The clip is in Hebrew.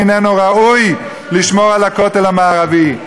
איננו ראוי לשמור על הכותל המערבי.